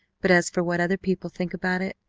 but as for what other people think about it,